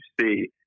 see